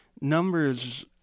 numbers